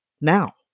now